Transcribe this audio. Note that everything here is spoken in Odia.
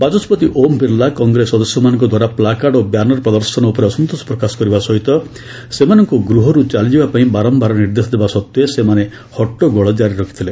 ବାଚସ୍ୱତି ଓମ୍ ବିର୍ଲା କଂଗ୍ରେସ ସଦସ୍ୟମାନଙ୍କଦ୍ୱାରା ପ୍ଲାକାର୍ଡ଼ ଓ ବ୍ୟାନର୍ ପ୍ରଦର୍ଶନ ଉପରେ ଅସନ୍ତୋଷ ପ୍ରକାଶ କରିବା ସହିତ ସେମାନଙ୍କୁ ଗୃହରୁ ଚାଲିଯିବାପାଇଁ ବାରମ୍ଭାର ନିର୍ଦ୍ଦେଶ ଦେବାସତ୍ତ୍ୱେ ସେମାନେ ହଟ୍ଟଗୋଳ ଜାରି ରଖିଥିଲେ